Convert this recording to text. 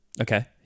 okay